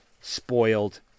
spoiled